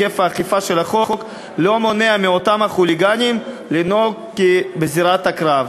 היקף האכיפה של החוק לא מונע מאותם החוליגנים לנהוג כבזירת קרב.